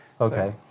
okay